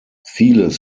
vieles